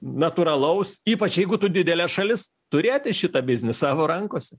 natūralaus ypač jeigu tu didelė šalis turėti šitą biznį savo rankose